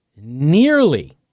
nearly